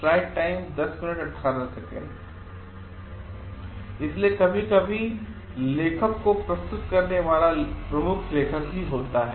So sometimes what happen submitting author is the lead author इसलिए कभी कभी लेखक को प्रस्तुत करने वाला प्रमुख लेखक होता है